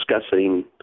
Discussing